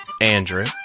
Andrew